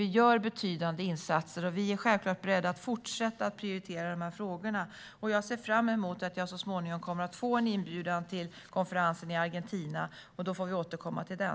Vi gör betydande insatser, och vi är självfallet beredda att fortsätta att prioritera dessa frågor. Jag ser fram emot att jag så småningom kommer att få en inbjudan till konferensen i Argentina. Då får vi återkomma till den.